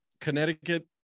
connecticut